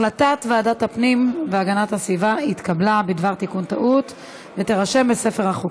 הצעת ועדת הפנים והגנת הסביבה בדבר תיקון טעות בחוק